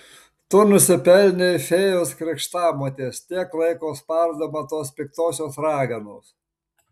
tu nusipelnei fėjos krikštamotės tiek laiko spardoma tos piktosios raganos